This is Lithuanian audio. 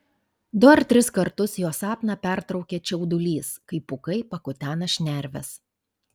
du ar tris kartus jo sapną pertraukia čiaudulys kai pūkai pakutena šnerves